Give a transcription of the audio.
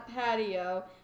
patio